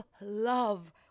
love